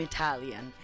Italian